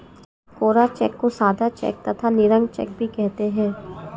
कोरा cheque को सादा cheque तथा निरंक चेक भी कहते हैं